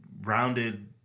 rounded